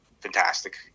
fantastic